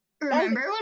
Remember